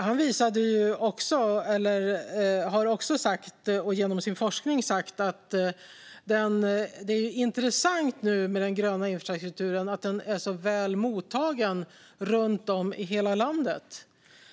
Han har också genom sin forskning sagt att det är intressant att den gröna infrastrukturen är så väl mottagen runt om i hela landet.